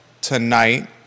tonight